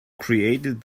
created